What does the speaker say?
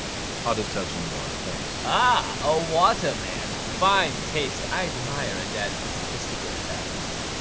i'll just have some water, thanks. ah, a water man! fine taste. i admire a dad with a sophisticated phallus.